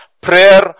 prayer